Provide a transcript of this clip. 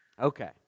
Okay